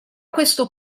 questo